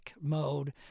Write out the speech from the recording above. mode